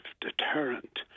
deterrent